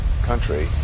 country